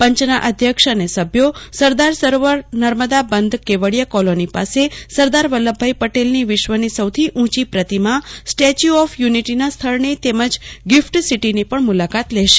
પંચના અધ્યક્ષ અને સભ્યો સરદાર સરોવર નર્મદા બંધ કેવડિયા કોલોની પાસે સરદાર વલ્લભભાઈ પટેલની વિશ્વની સૌથી ઊંચી પ્રતિમા સ્ટેચ્યુ ઓફ યુનિટીના સ્થળની તેમજ ગિફટ સિટીની પણ મુલાકાત લેશે